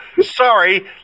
Sorry